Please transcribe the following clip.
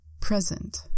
Present